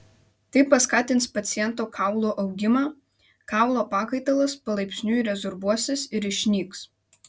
tai paskatins paciento kaulo augimą kaulo pakaitalas palaipsniui rezorbuosis ir išnyks